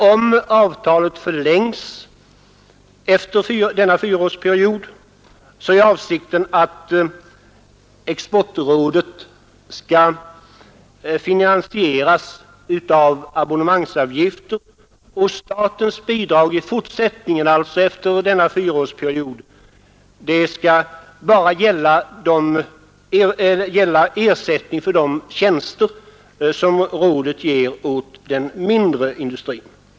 Om avtalet förlängs efter denna fyraårsperiod är avsikten att exportrådet skall finansieras med abonnemangsavgifter, och statens bidrag i fortsättningen, alltså efter fyraårsperioden, skall bara ge ersättning för de tjänster som rådet gör åt den mindre industrin.